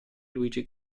luigi